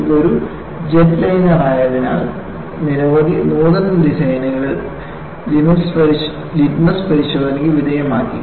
ഇത് ഒരു jetliner ആയതിനാൽ നിരവധി നൂതന ഡിസൈനുകൾ ലിറ്റ്മസ് പരിശോധനയ്ക്ക് വിധേയമാക്കി